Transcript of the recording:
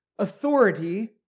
Authority